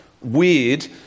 weird